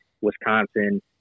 Wisconsin